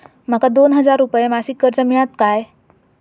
माका दोन हजार रुपये मासिक कर्ज मिळात काय?